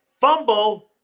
fumble